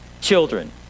children